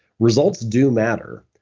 results do matter,